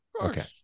Okay